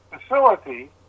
facility